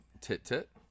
tit-tit